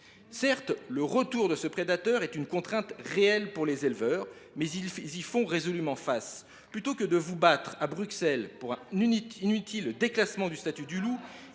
Certes, le retour de ce prédateur constitue une contrainte réelle pour les éleveurs, mais ils y font résolument face. Plutôt que de vous battre à Bruxelles pour un – inutile !– déclassement du statut de